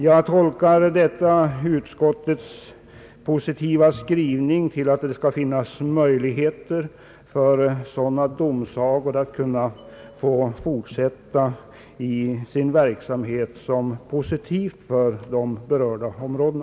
Jag tolkar utskottets skrivning om att möjligheter skall finnas för sådana domsagor att få fortsätta som positiv för de berörda områdena.